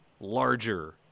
larger